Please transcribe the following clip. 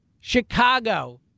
Chicago